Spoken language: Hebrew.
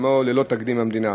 ללא תקדים במדינה.